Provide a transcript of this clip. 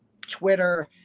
Twitter